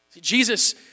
Jesus